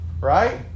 right